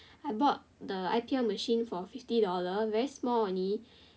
I bought the I_P_L machine for fifty dollar very small only